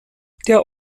der